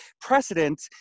precedent